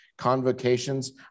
convocations